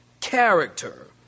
Character